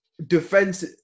Defense